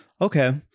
Okay